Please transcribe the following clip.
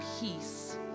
peace